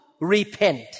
repent